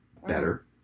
better